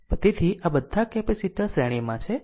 તેથી આ બધા કેપેસિટર શ્રેણીમાં છે